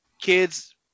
kids